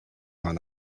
man